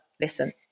listen